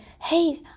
hey